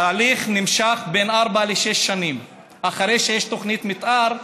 ההליך נמשך בין ארבע לשש שנים אחרי שיש תוכנית מתאר,